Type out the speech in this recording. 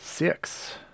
Six